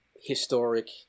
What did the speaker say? historic